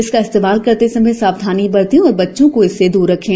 इसका इस्तेमाल करते समय सावधानी बरतें और बच्चों से इसे दूर रखें